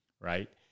right